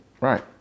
right